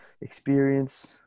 experience